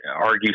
argue